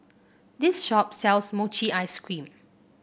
this shop sells Mochi Ice Cream